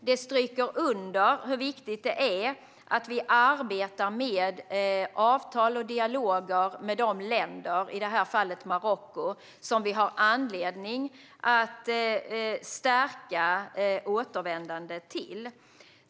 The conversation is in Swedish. De stryker under hur viktigt det är att regeringen arbetar med avtal och dialoger med de länder, i det här fallet Marocko, som vi har anledning att stärka återvändandet till.